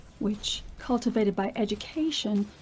which, cultivated by education,